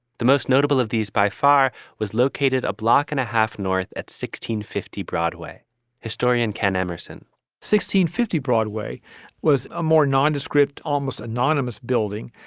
the most notable of these by far was located a block and a half north. at sixteen fifty broadway historian ken emmerson sixteen fifty broadway was a more nondescript, almost anonymous building,